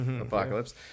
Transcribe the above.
apocalypse